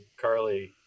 Carly